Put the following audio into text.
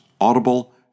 Audible